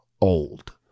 old